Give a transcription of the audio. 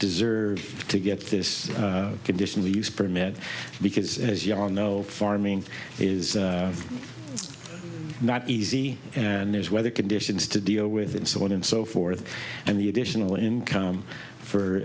deserve to get this condition we use permit because as ya know farming is not easy and there's weather conditions to deal with and so on and so forth and the additional income for